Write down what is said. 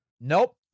Nope